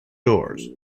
doors